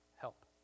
help